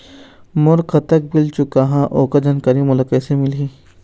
मोर कतक बिल चुकाहां ओकर जानकारी मोला कैसे मिलही?